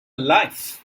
life